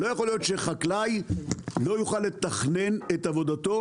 לא יכול להיות שחקלאי לא יוכל לתכנן את עבודתו